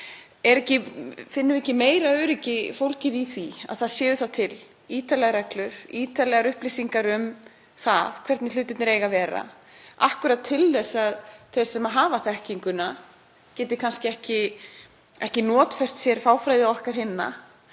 finnum við þá ekki meira öryggi fólgið í því að það séu til ítarlegri reglur, ítarlegar upplýsingar um það hvernig hlutirnir eiga að vera akkúrat til þess að þeir sem hafa þekkinguna geti ekki notfært sér fáfræði okkar hinna